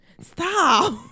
Stop